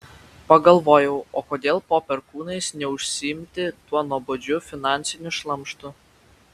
pagalvojau o kodėl po perkūnais neužsiimti tuo nuobodžiu finansiniu šlamštu